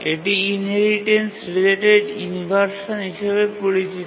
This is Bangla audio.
এটি ইনহেরিটেন্স রিলেটেড ইনভারশান হিসাবে পরিচিত